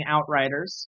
Outriders